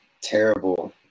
terrible